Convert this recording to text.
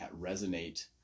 resonate